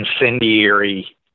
incendiary